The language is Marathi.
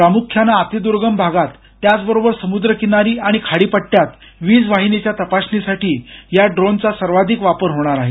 प्रामुख्यानं अतिद्र्गम भागात त्याचबरोबर समुद्र किनारी आणि खाडीपट्ट्यात वीजवाहिनीच्या तपासणीसाठी या ड्रोनचा सर्वाधिक वापर होणार आहे